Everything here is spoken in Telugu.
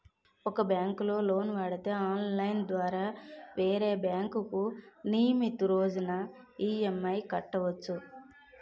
ఒక బ్యాంకులో లోను వాడితే ఆన్లైన్ ద్వారా వేరే బ్యాంకుకు నియమితు రోజున ఈ.ఎం.ఐ కట్టవచ్చు